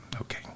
Okay